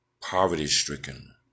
poverty-stricken